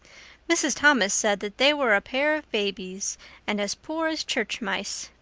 mrs. thomas said that they were a pair of babies and as poor as church mice.